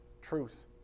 truth